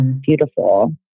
beautiful